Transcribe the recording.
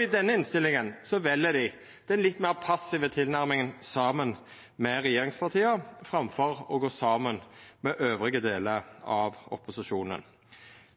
i denne innstillinga vel dei den litt meir passive tilnærminga saman med regjeringspartia framfor å gå saman med resten av opposisjonen.